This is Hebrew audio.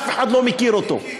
אף אחד לא מכיר אותו,